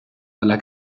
dalla